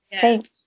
thanks